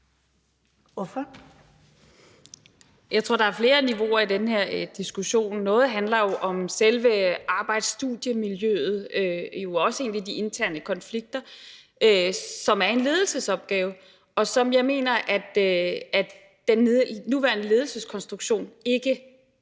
(RV): Jeg tror, der er flere niveauer i den her diskussion. Noget handler jo om selve arbejds/studiemiljøet, som jo også er en af de interne konflikter, som er en ledelsesopgave, og som jeg mener at den nuværende ledelseskonstruktion ikke